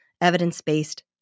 evidence-based